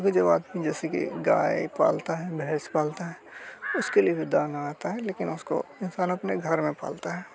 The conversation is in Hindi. गाज़ियाबाद में जैसे कि गाय पालता है भेंस पालता है उसके लिए भी दाना आता है लेकिन उसको इंसान अपने घर में पालता है